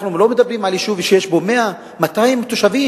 אנחנו לא מדברים על יישוב שיש בו 100 200 תושבים.